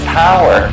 power